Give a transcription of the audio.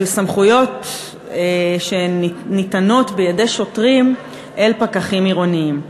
של סמכויות שניתנות בידי שוטרים אל פקחים עירוניים.